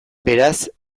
beraz